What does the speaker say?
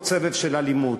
עוד סבב של אלימות,